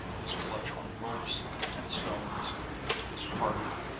his clutch on ropes and stones is harder,